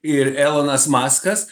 ir elanas maskas